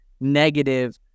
negative